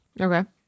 Okay